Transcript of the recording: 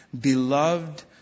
beloved